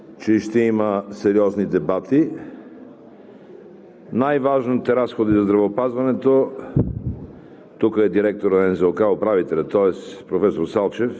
Аз не си правя никакви илюзии, че ще има сериозни дебати. Най-важните разходи за здравеопазването